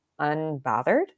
unbothered